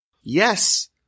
Yes